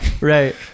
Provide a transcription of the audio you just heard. Right